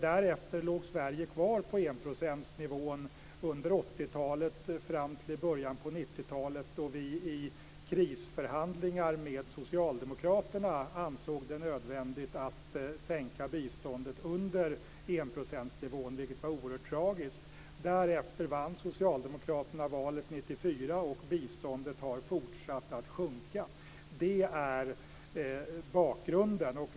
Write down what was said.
Därefter låg Sverige kvar på enprocentsnivån under 80-talet fram till början av 90-talet, då vi i krisförhandlingar med Socialdemokraterna ansåg det nödvändigt att sänka biståndet under enprocentsnivån, vilket var oerhört tragiskt. Därefter vann Socialdemokraterna valet 1994, och biståndet har fortsatt att sjunka. Det är bakgrunden.